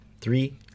Three